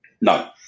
No